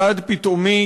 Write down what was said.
צעד פתאומי,